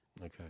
okay